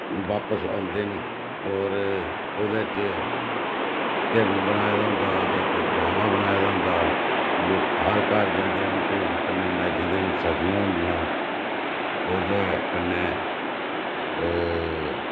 बापस औंदे न होर ओह्दे च हिरन बनाए दा होंदा इक बाबा बनाए दा होंदा फ्ही लोक हर घर जंदे न ढोल कन्नै नच्चदे न सखियां होंदियां ओह् ते कन्नै